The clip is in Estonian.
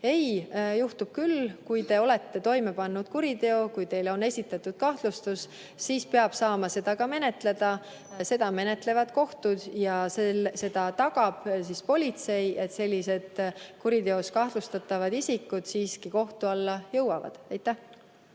Ei! Juhtub küll. Kui te olete toime pannud kuriteo, kui teile on esitatud kahtlustus, siis peab saama seda ka menetleda. Seda menetlevad kohtud ja politsei tagab, et kuriteos kahtlustatavad isikud siiski kohtu alla jõuavad. Aitäh!